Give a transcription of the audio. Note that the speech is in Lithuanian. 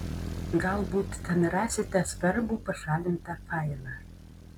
galbūt ten rasite svarbų pašalintą failą